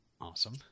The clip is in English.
Awesome